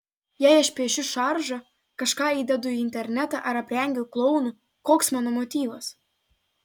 jei aš piešiu šaržą kažką įdedu į internetą ar aprengiu klounu koks mano motyvas